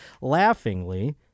laughingly